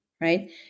right